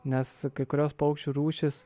nes kai kurios paukščių rūšys